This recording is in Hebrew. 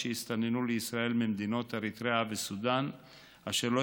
שהסתננו לישראל מהמדינות אריתריאה וסודן אשר לא